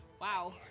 Wow